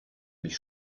mich